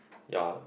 ya